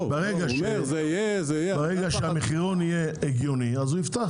ברגע שהמחירון יהיה הגיוני, הוא יפתח.